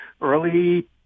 early